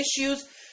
issues